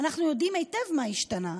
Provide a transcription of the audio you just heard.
אנחנו יודעים היטב מה השתנה.